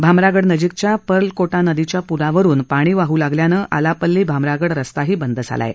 भामरागड नजीकच्या पर्लकोटा नदीच्या पुलावरुन पाणी वाह लागल्यानं आलापल्ली भामरागड रस्ताही बंद झाला आहे